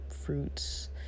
fruits